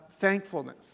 thankfulness